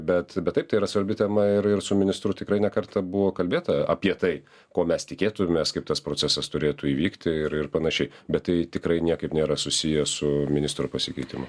bet bet taip tai yra svarbi tema ir ir su ministru tikrai ne kartą buvo kalbėta apie tai ko mes tikėtumėmės kaip tas procesas turėtų įvykti ir ir panašiai bet tai tikrai niekaip nėra susiję su ministro pasikeitimu